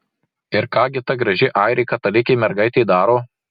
ir ką gi ta graži airė katalikė mergaitė daro